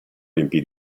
riempì